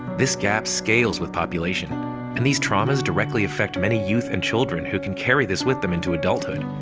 this gap scales with population and these traumas directly affect many youth and children who can carry this with them into adulthood.